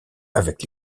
avec